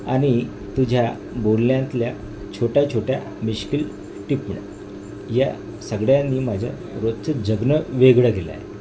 आणि तुझ्या बोलण्यातल्या छोट्या छोट्या मिश्किल टिपण्या या सगळ्यांनी माझ्या रोजचं जगणं वेगळं केलं आहे